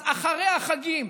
אז אחרי החגים.